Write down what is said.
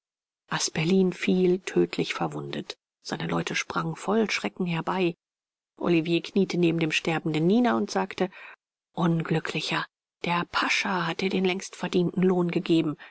asperlin fiel tödlich verwundet seine leute sprangen voll schrecken herbei olivier kniete neben dem sterbenden nieder und sagte unglücklicher der pascha hat dir den längst verdienten lohn gegeben